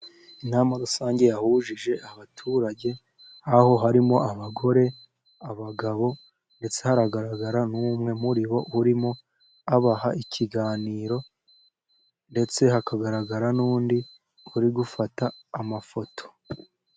Inama rusange yahujije abaturage，aho harimo abagore， abagabo，ndetse haragaragara n'umwe muri bo， urimo abaha ikiganiro， ndetse hakagaragara n'undi uri gufata amafoto.